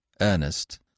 Ernest